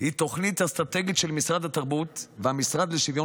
היא תוכנית אסטרטגית של משרד התרבות והמשרד לשוויון